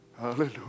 Hallelujah